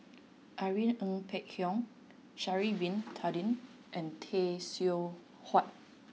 irene Ng Phek Hoong Sha'ari bin Tadin and Tay Seow Huah